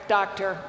Doctor